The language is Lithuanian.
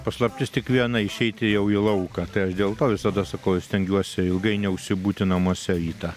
paslaptis tik viena išeiti jau į lauką tai aš dėl to visada sakau aš stengiuosi ilgai neužsibūti namuose rytą